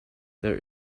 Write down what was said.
there